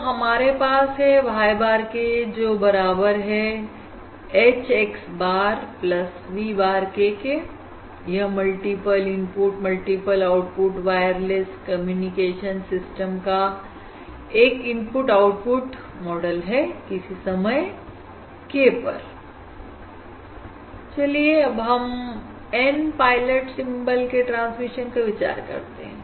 तो हमारे पास है y bar k जो बराबर है H x bar k v bar k के यह multiple input multiple output wireless communication system का एक इनपुट आउटपुट मॉडल है किसी समय k पर चलिए अब हम N पायलट सिंबल के ट्रांसमिशन का विचार करते हैं